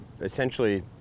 essentially